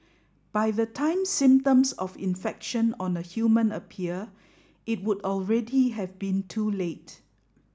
by the time symptoms of infection on a human appear it would already have been too late